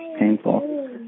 painful